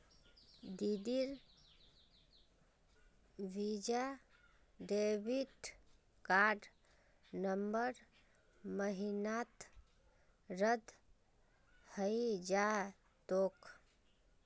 दीदीर Visa debit card नवंबर महीनात रद्द हइ जा तोक